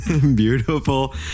Beautiful